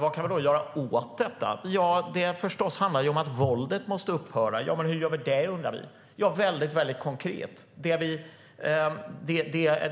Vad kan vi då göra åt detta? Det handlar förstås om att våldet måste upphöra. Hur åstadkommer vi då detta, undrar vi. Det hela är väldigt konkret.